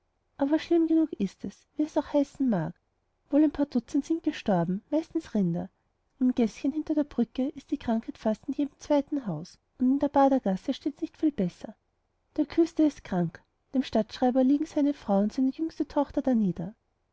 aber schlimm genug ist es wie es auch heißen mag wohl ein paar dutzend sind gestorben meistens rinder im gäßchen hinter der brücke ist die krankheit fast in jedem zweiten haus und in der badergasse steht's nicht viel besser der küster ist krank dem stadtschreiber liegen seine frau und seine jüngste tochter darnieder